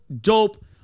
dope